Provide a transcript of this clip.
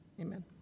amen